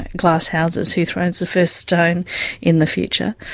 glass houses, who throws the first stone in the future?